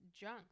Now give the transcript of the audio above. junk